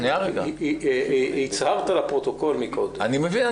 אני מבין.